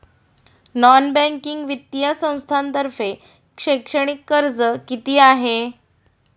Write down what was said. Non banking वित्तीय संस्थांतर्फे शैक्षणिक कर्ज किती आहे?